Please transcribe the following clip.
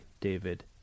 David